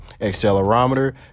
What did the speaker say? accelerometer